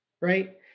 right